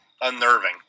unnerving